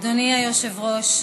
אדוני היושב-ראש,